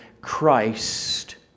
Christ